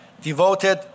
devoted